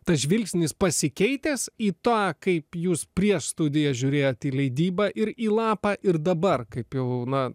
tas žvilgsnis pasikeitęs į tą kaip jūs prieš studijas žiūrėjot į leidybą ir į lapą ir dabar kai pilna